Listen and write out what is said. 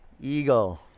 eagle